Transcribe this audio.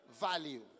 value